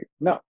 no